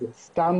זה סתם